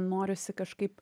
norisi kažkaip